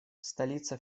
столица